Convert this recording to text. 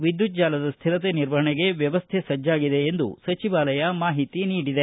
ವಿದ್ಯುತ್ ಜಾಲದ ಸ್ಥಿರತೆ ನಿರ್ವಹಣೆಗೆ ವ್ಯವಸ್ಥೆ ಸಜ್ಜಾಗಿದೆ ಎಂದು ಸಚಿವಾಲಯ ಮಾಹಿತಿ ನೀಡಿದೆ